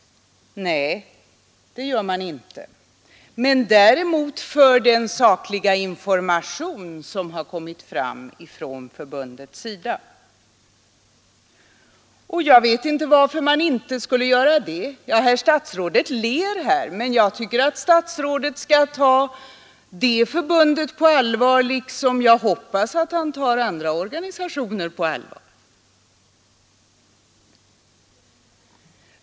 Nej, det gör man inte, men däremot för den sakliga information som har kommit fram från förbundet. Jag förstår inte varför man inte skulle göra det. Ni ler, herr statsråd, men jag tycker att Ni skall ta förbundet på allvar, liksom jag hoppas att Ni tar andra organisationer på allvar.